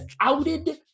outed